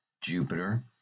jupiter